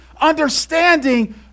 understanding